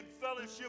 fellowship